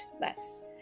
less